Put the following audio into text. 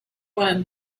one